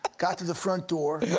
got to the front door